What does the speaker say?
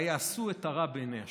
ויעשו את הרע בעיני ה'.